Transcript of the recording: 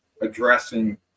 addressing